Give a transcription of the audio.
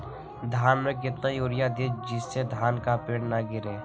धान में कितना यूरिया दे जिससे धान का पेड़ ना गिरे?